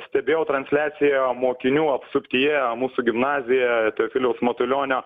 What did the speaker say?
stebėjau transliaciją mokinių apsuptyje mūsų gimnazijoje teofiliaus matulionio